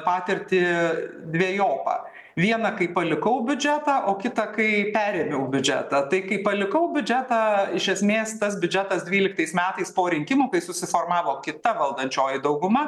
patirtį dvejopą vieną kai palikau biudžetą o kitą kai perėmiau biudžetą tai kai palikau biudžetą iš esmės tas biudžetas dvyliktais metais po rinkimų kai susiformavo kita valdančioji dauguma